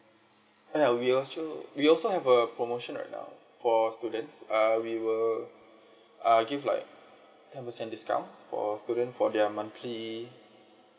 ya we also we also have a promotion right now for students err we will uh give like ten percent discount for student for their monthly